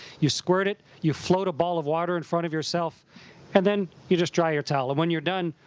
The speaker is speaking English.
you squirt it. you float a ball of water in front of yourself and then you just dry your towel. and when you're done,